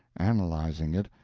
analyzing it,